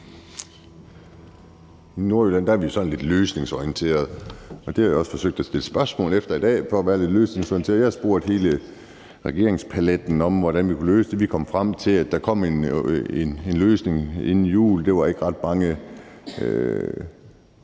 I Nordjylland er vi sådan lidt løsningsorienterede, og det har jeg også forsøgt at stille spørgsmål efter i dag, altså for at være lidt løsningsorienteret. Jeg har spurgt hele regeringspaletten om, hvordan vi kunne løse det. Vi kom frem til, at der kom en løsning inden jul; at det ikke var ret mange